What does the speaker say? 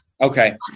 Okay